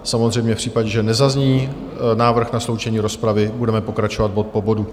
Samozřejmě v případě, že nezazní návrh na sloučení rozpravy, budeme pokračovat bod po bodu.